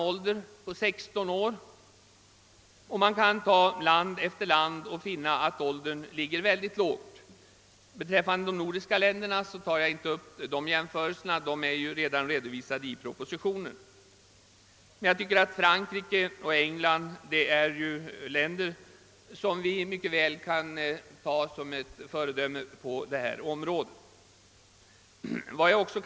Man kan sålunda vid studium av land efter land finna att giftermålsåldrarna ligger mycket lågt. Jag tar här inte upp de nordiska länderna till jämförelse eftersom de redan är redovisade i propositionen, men Frankrike och England tycker jag är länder som mycket väl kan tjäna som föredöme för oss på detta område.